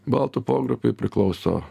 baltų pogrupiui priklauso